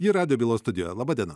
ji radijo bylos studijoje laba diena